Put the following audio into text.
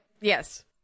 Yes